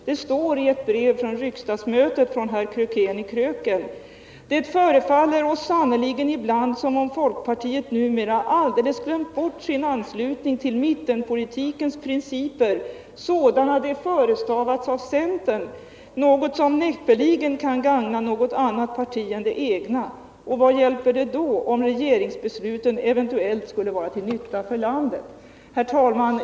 Det står i ”Riksdagsbrev” från herr Krökén i Kröken: ”Det förefaller sannerligen ibland, som om folkpartiet numera alldeles glömt bort sin anslutning till mittenpolitikens principer, sådana de förestavats av centern, något som näppeligen kan gagna något annat parti än det egna — och vad hjälper det då, om regeringsbesluten eventuellt skulle vara till nytta för landet?” Herr talman!